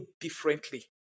differently